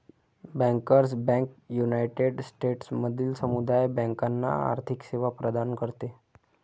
bankers bank united स्टेट्समधील समुदाय बँकांना आर्थिक सेवा प्रदान करते